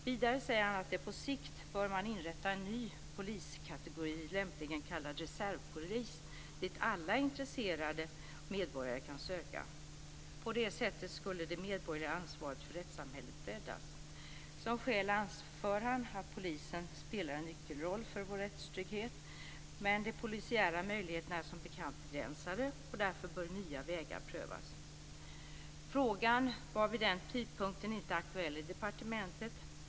Vidare säger han: "På sikt bör man inrätta en ny poliskategori lämpligen kallad reservpolis, dit alla intresserade medborgare kan söka." På det sättet skulle det medborgerliga ansvaret för rättssamhället breddas. Som skäl anför han att polisen spelar en nyckelroll för vår rättstrygghet, men de polisiära möjligheterna är som bekant begränsade. Därför bör nya vägar prövas. Frågan var vid den tidpunkten inte aktuell i departementet.